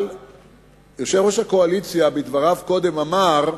אבל יושב-ראש הקואליציה בדבריו קודם אמר: